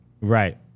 right